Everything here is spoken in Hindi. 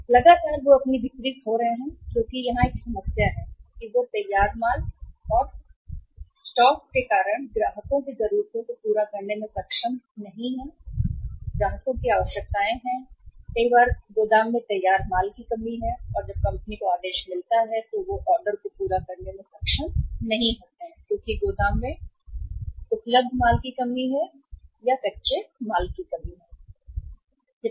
लगातार आधार पर वे बिक्री खो रहे हैं क्योंकि एक समस्या यह है कि वहाँ एक है तैयार माल और कंपनी के स्टॉक ग्राहक की जरूरतों को पूरा करने या पूरा करने में सक्षम नहीं है ग्राहक की आवश्यकताओं और कई बार गोदाम में तैयार माल की कमी है और जब कंपनी को आदेश मिलता है तो वे ऑर्डर को पूरा करने में सक्षम नहीं होते हैं गोदाम में उपलब्ध माल की कमी या माल की अनुपलब्धता गोदाम